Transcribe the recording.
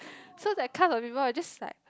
so that class of people was just like